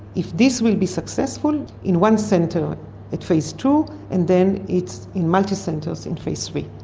if this will be successful in one centre at phase two and then it's in multi centres in phase three.